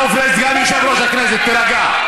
עיסאווי פריג', סגן יושב-ראש הכנסת, תירגע.